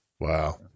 Wow